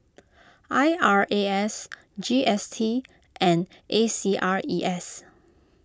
I R A S G S T and A C R E S